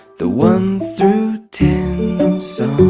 the one through ten song